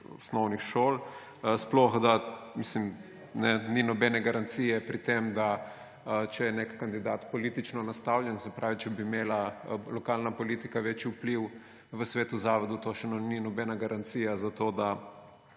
osnovnih šol. Ni nobene garancije, če je nek kandidat politično nastavljen, se pravi, če bi imela lokalna politika večji vpliv v svetu zavodov, to še ni nobena garancija za to, da